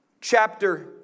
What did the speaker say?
chapter